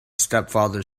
stepfather